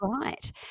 right